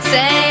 Say